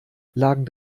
lagen